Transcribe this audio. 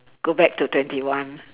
go back to twenty one